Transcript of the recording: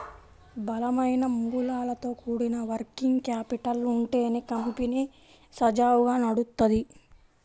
బలమైన మూలాలతో కూడిన వర్కింగ్ క్యాపిటల్ ఉంటేనే కంపెనీ సజావుగా నడుత్తది